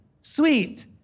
sweet